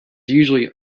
usually